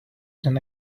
than